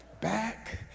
back